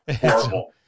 Horrible